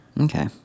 Okay